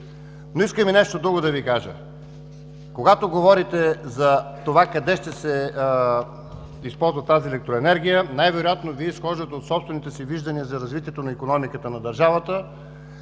Ви кажа и нещо друго. Когато говорите за това къде ще се използва тази електроенергия, най-вероятно изхождате от собствените си виждания за развитието на икономиката на държавата